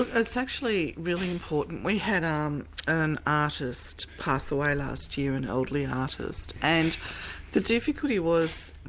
ah it's actually really important. we had um an artist passed away last year, an elderly artist. and the difficulty was